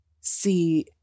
see